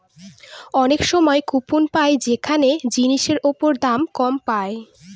অনেক সময় কুপন পাই যেখানে জিনিসের ওপর দাম কম পায়